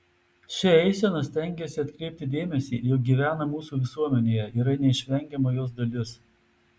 šia eisena stengiasi atkreipti dėmesį jog gyvena mūsų visuomenėje yra neišvengiama jos dalis